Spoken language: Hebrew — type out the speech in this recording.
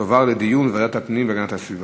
תועבר לדיון בוועדת הפנים והגנת הסביבה.